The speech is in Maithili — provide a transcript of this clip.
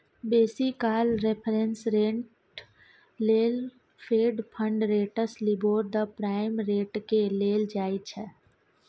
बेसी काल रेफरेंस रेट लेल Fed fund rates, LIBOR, the prime रेटकेँ लेल जाइ छै